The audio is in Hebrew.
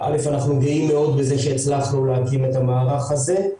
אנחנו גאים מאוד שהצלחנו להקים את המערך הזה.